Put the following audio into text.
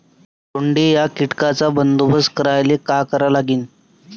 सोंडे या कीटकांचा बंदोबस्त करायले का करावं लागीन?